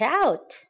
out